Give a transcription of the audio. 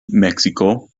meksiko